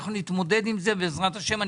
אנחנו נתמודד עם זה בעזרת השם.